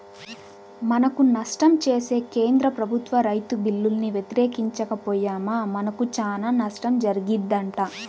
మనకు నష్టం చేసే కేంద్ర ప్రభుత్వ రైతు బిల్లుల్ని వ్యతిరేకించక పొయ్యామా మనకు చానా నష్టం జరిగిద్దంట